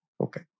Okay